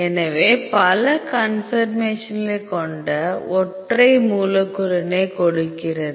எனவே பல கன்பர்மேஷன்களை கொண்ட ஒற்றை மூலக்கூறினை கொடுக்கிறது